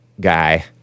guy